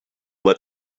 let